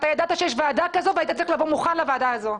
אתה ידעת שיש ועדה כזאת והיית צריך לבוא מוכן לוועדה הזאת.